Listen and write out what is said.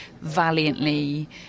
valiantly